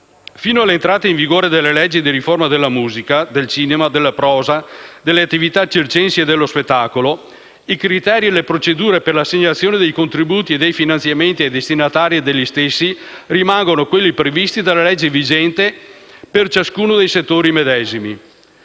«Fino all'entrata in vigore delle leggi di riforma della musica, del cinema, della prosa, delle attività circensi e dello spettacolo viaggiante, i criteri e le procedure per l'assegnazione dei contributi e dei finanziamenti ai destinatari degli stessi rimangono quelli previsti dalle leggi vigenti per ciascuno dei settori medesimi».